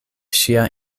ŝia